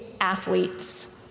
athletes